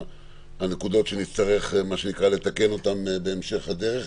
הנקודות שנצטרך לתקן בהמשך הדרך,